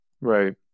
Right